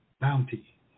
bounty